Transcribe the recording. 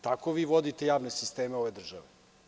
Tako vi vodite javne sisteme ove države.